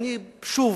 שוב,